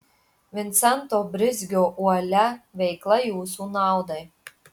vincento brizgio uolia veikla jūsų naudai